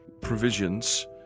provisions